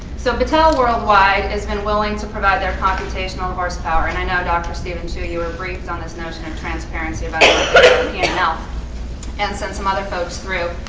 so patel worldwide has been willing to provide their computational horsepower. and i know, dr. steven chu, you were briefed on this notion of transparency you know and send some other folks through.